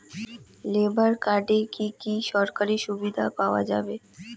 Labour কার্ডে কি কি সরকারি সুবিধা পাওয়া যাবে?